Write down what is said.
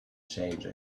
change